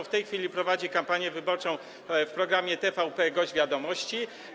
W tej chwili prowadzi kampanię wyborczą w programie TVP „Gość Wiadomości”